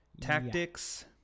tactics